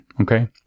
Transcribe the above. Okay